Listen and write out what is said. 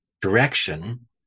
direction